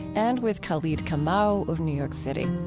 and with khalid kamau of new york city